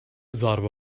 ضربه